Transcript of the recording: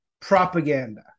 propaganda